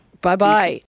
Bye-bye